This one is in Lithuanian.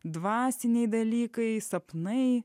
dvasiniai dalykai sapnai